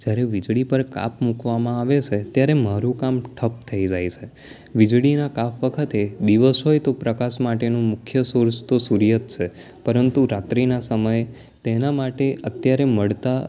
જયારે વીજળી પર કાપ મુકવામાં આવે છે ત્યારે મારું કામ ઠપ થઈ જાય છે વીજળીના કાપ વખતે દિવસ હોય તો પ્રકાશ માટેનું મુખ્ય સોર્સ તો સૂર્ય જ છે પરંતુ રાત્રિના સમયે તેના માટે અત્યારે મળતા